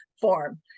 form